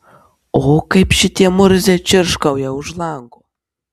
o kaip šitie murziai čirškauja už lango